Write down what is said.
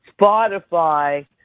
Spotify